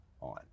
on